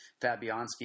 Fabianski